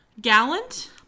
Gallant